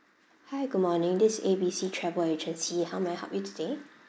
hi good morning this is A B C travel agency how may I help you today